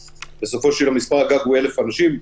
בסופו של דבר המספר הוא 1,000 אנשים.